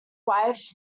wife